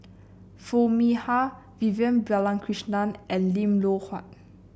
Foo Mee Har Vivian Balakrishnan and Lim Loh Huat